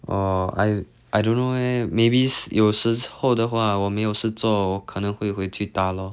orh I I don't know eh maybe 有时候的话我没有事做我可能会回去打 lor